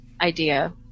idea